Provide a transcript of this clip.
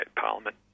Parliament